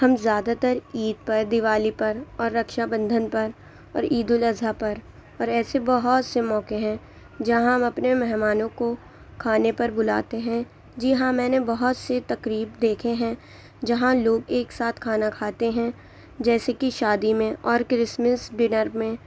ہم زیادہ تر عید پر دیوالی پر اور رکشا بندھن پر اور عیدالاضحی پر اور ایسے بہت سے موقعے ہیں جہاں ہم اپنے مہمانوں کو کھانے پر بلاتے ہیں جی ہاں میں نے بہت سی تقریب دیکھے ہیں جہاں لوگ ایک ساتھ کھانا کھاتے ہیں جیسے کہ شادی میں اور کرسمس ڈنر میں